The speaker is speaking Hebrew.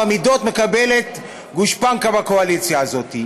המידות מקבלת גושפנקה בקואליציה הזאת.